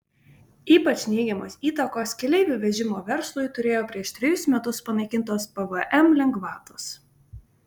ypač neigiamos įtakos keleivių vežimo verslui turėjo prieš trejus metus panaikintos pvm lengvatos